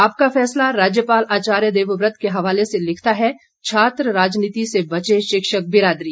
आपका फैसला राज्यपाल आचार्य देवव्रत के हवाले से लिखता है छात्र राजनीति से बचे शिक्षक बिरादरी